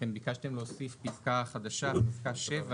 ביקשתם להוסיף פסקה חדשה, פסקה (7)